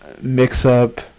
mix-up